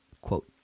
Quote